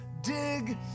Dig